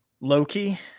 Loki